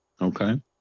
okay